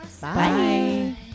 Bye